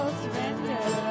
surrender